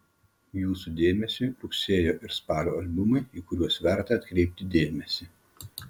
jūsų dėmesiui rugsėjo ir spalio albumai į kuriuos verta atkreipti dėmesį